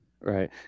Right